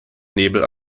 nebel